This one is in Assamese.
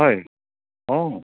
হয় অঁ